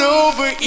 over